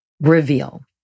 reveal